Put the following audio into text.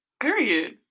Period